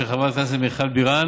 של חברי הכנסת מיכל בירן